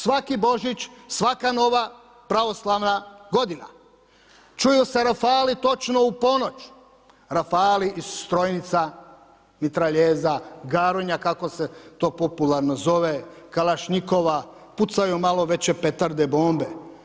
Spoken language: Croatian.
Svaki Božić, svaka Nova pravoslavna godina čuju se rafali točno u ponoć, rafali iz strojnica, mitraljeza „garonja“ kako se to popularno zove, kalašnjikova, pucaju malo veće petarde, bombe.